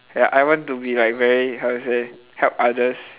ya I want to be like very how to say help others